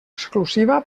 exclusiva